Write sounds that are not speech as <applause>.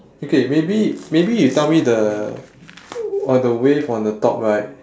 okay maybe maybe you tell me the <noise> or the wave on the top right